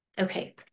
Okay